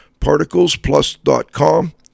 ParticlesPlus.com